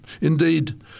Indeed